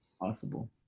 possible